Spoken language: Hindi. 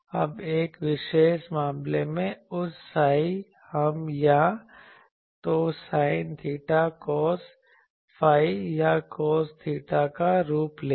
अब एक विशेष मामले में उस psi हम या तो साइन थीटा कोस फाई या कोस थीटा का रूप लेंगे